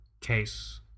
case